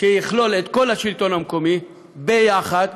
שיכלול את כל השלטון המקומי ביחד,